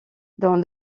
dans